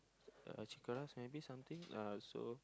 uh chicken rice maybe something uh so